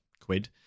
quid